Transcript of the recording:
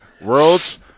world's